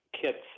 kits